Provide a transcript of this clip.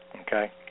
Okay